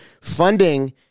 funding